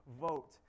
vote